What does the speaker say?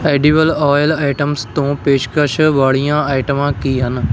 edible oil items ਤੋਂ ਪੇਸ਼ਕਸ਼ ਵਾਲੀਆਂ ਆਈਟਮਾਂ ਕੀ ਹਨ